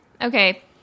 Okay